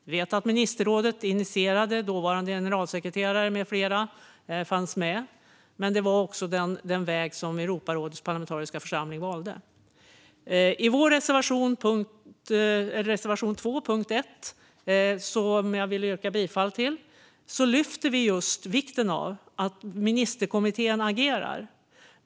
Jag vet att ministerrådet initierade det och att dåvarande generalsekreteraren med flera fanns med, men det var också den väg som Europarådets parlamentariska församling valde. Under punkt 1 i reservation 2, som jag vill yrka bifall till, lyfter vi just vikten av att ministerkommittén agerar.